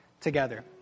together